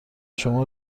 شما